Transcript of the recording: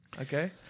Okay